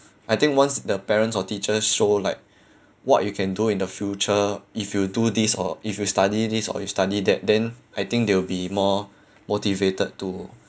I think once the parents or teachers show like what you can do in the future if you do this or if you study this or you study that then I think they'll be more motivated to